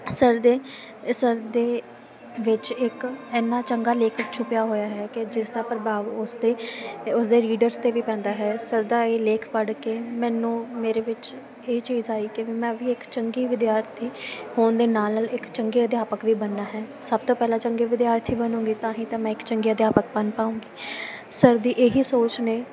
sir ਦੇ sir ਦੇ ਵਿੱਚ ਇੱਕ ਇੰਨਾ ਚੰਗਾ ਲੇਖਕ ਛੁਪਿਆ ਹੋਇਆ ਹੈ ਕਿ ਜਿਸ ਦਾ ਪ੍ਰਭਾਵ ਉਸ 'ਤੇ ਉਸਦੇ ਰੀਡਰਸ 'ਤੇ ਵੀ ਪੈਂਦਾ ਹੈ ਸਰ ਦਾ ਇਹ ਲੇਖ ਪੜ੍ਹ ਕੇ ਮੈਨੂੰ ਮੇਰੇ ਵਿੱਚ ਇਹ ਚੀਜ਼ ਆਈ ਕਿ ਵੀ ਮੈਂ ਵੀ ਇੱਕ ਚੰਗੀ ਵਿਦਿਆਰਥੀ ਹੋਣ ਦੇ ਨਾਲ ਨਾਲ ਇੱਕ ਚੰਗੇ ਅਧਿਆਪਕ ਵੀ ਬਣਨਾ ਹੈ ਸਭ ਤੋਂ ਪਹਿਲਾਂ ਚੰਗੇ ਵਿਦਿਆਰਥੀ ਬਣੋਗੇ ਤਾਂ ਹੀ ਤਾਂ ਮੈਂ ਇੱਕ ਚੰਗੇ ਅਧਿਆਪਕ ਬਣ ਪਾਊਂਗੀ ਸਰ ਦੀ ਇਹ ਹੀ ਸੋਚ ਨੇ